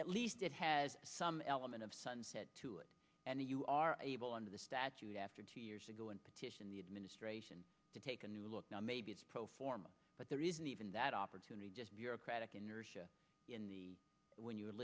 at least it has some element of sunset to it and you are able under the statute after two years ago and petition the administration to take a new look now maybe it's pro forma but there isn't even that opportunity just bureaucratic inertia in the when you're